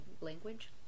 language